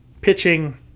pitching